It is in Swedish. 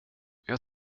jag